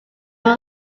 were